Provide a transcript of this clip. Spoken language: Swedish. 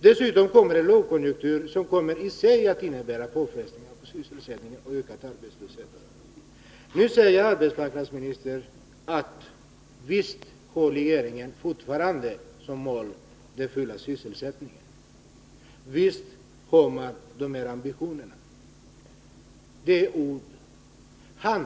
Dessutom kommer en lågkonjunktur som i sig innebär påfrestningar på sysselsättningen och ökad arbetslöshet. Nu säger arbetsmarknadsministern att visst har regeringen fortfarande den fulla sysselsättningen som mål. Det är ord.